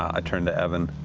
i turn to evan.